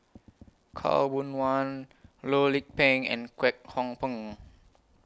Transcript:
Khaw Boon Wan Loh Lik Peng and Kwek Hong Png